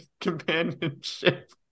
companionship